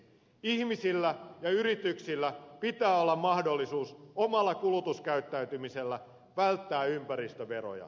ihmisillä ja yrityksillä pitää olla mahdollisuus omalla kulutuskäyttäytymisellään välttää ympäristöveroja